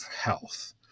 health